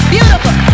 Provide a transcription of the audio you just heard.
Beautiful